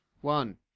one